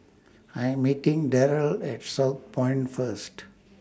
I Am meeting Darell At Southpoint First